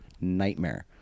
nightmare